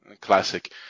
classic